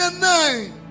nine